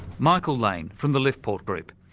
michael laine from the liftport group.